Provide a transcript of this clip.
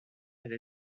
elle